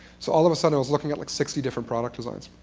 so all of a sudden i was looking at, like, sixty different product designs.